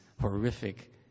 horrific